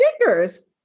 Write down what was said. stickers